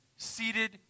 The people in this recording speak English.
seated